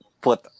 put